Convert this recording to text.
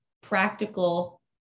practical